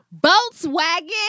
Volkswagen